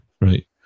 Right